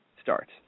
starts